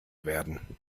werden